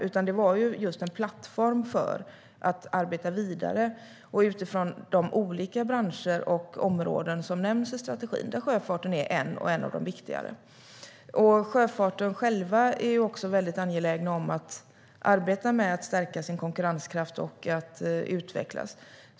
Strategin är en plattform utifrån vilken man kan arbeta vidare, utifrån de olika branscher och områden som nämns i strategin. Sjöfarten är en av branscherna och en av de viktigare. Branschen själv är också angelägen om att arbeta med att stärka sin konkurrenskraft och att utvecklas.